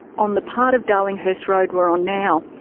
on the part of darlinghurst road we're on now,